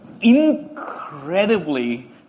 incredibly